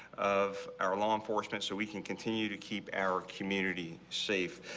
of our law enforcement so we can continue to keep our community safe.